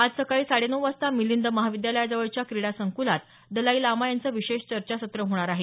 आज सकाळी साडेनऊ वाजता मिलिंद महाविद्यालयाजवळच्या क्रीडा संकुलात दलाई लामा यांचं विशेष चर्चासत्र होणार आहे